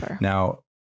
now